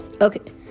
Okay